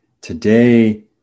Today